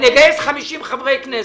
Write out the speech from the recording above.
אני אגייס 50 חברי כנסת.